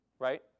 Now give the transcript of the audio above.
right